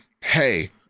Hey